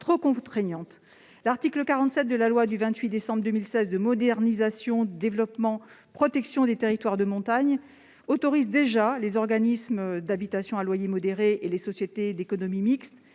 trop contraignantes. L'article 47 de la loi du 28 décembre 2016 de modernisation, de développement et de protection des territoires de montagne autorise déjà les organismes d'habitations à loyer modéré et les sociétés d'économie mixte